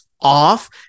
off